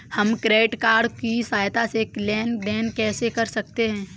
हम credit card की सहायता से लेन देन कैसे कर सकते हैं?